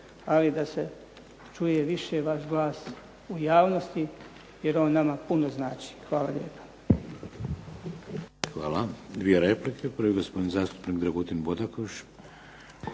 ali da se čuje više vaš glas u javnosti jer on nama puno znači. Hvala lijepa.